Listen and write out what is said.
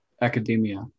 academia